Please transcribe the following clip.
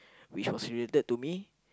which was related to me